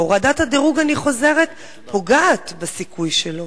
הורדת הדירוג, אני חוזרת, פוגעת בסיכוי שלו.